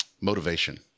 motivation